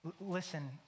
Listen